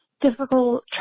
difficult